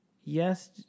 yes